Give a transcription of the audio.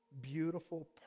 beautiful